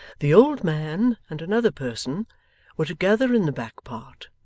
the old man and another person were together in the back part,